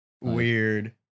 Weird